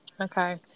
Okay